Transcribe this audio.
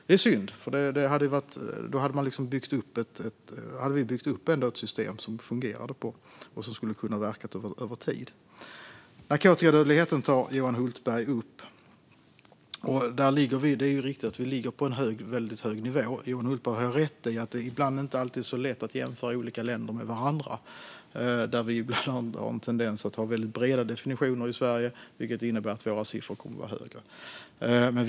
Det var synd, för då hade vi byggt upp ett system som fungerade och som skulle kunna ha verkat över tid. Johan Hultberg tog upp narkotikadödligheten. Det är riktigt att vi ligger på en väldigt hög nivå där. Johan Hultberg har rätt i att det inte alltid är så lätt att jämföra olika länder med varandra. Vi har ibland en tendens att ha mycket breda definitioner i Sverige, vilket innebär att våra siffror blir högre.